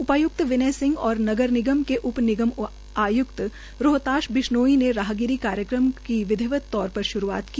उपाय्क्त विनय सिंह ने और नगर निगम के उप निगम आय्क्त रोहताश बिश्नोई ने राहगिरी कार्यक्रम की विधिवत तौर पर श्रूआत की